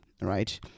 right